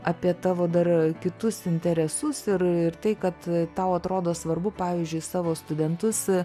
apie tavo dar kitus interesus ir ir tai kad tau atrodo svarbu pavyzdžiui savo studentus